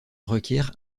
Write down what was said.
requiert